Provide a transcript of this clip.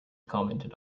commented